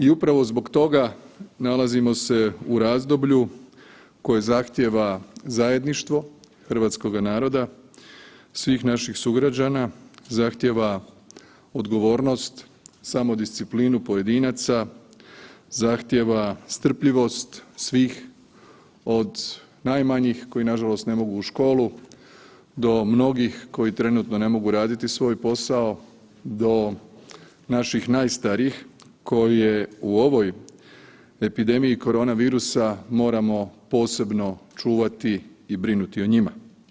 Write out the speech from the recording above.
I upravo zbog toga nalazimo se u razdoblju koje zahtjeva zajedništvo hrvatskoga naroda, svih naših sugrađana, zahtjeva odgovornost, samodisciplinu pojedinaca, zahtjeva strpljivost svih od najmlađih koji nažalost ne mogu u školu do mnogih koji trenutno ne mogu raditi svoj posao do naših najstarijih koje u ovoj epidemiji korona virusa moramo posebno čuvati i brinuti o njima.